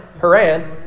Haran